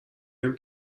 ایم